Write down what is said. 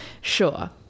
sure